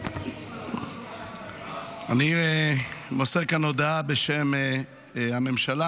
אני מוסר כאן הודעה בשם הממשלה.